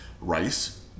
Rice